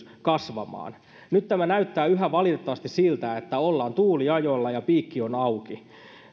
kasvamaan nyt tämä näyttää yhä valitettavasti siltä että ollaan tuuliajolla ja piikki on auki